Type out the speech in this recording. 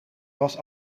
was